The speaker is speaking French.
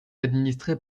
administré